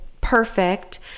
perfect